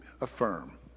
affirm